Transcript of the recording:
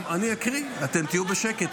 אני אקריא, אתם תהיו בשקט.